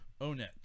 ONET